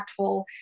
impactful